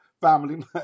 family